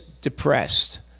depressed